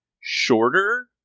shorter